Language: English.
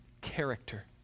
character